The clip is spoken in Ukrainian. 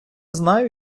знаю